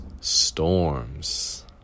storms